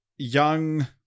Young